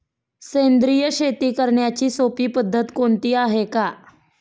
सेंद्रिय शेती करण्याची सोपी पद्धत कोणती आहे का?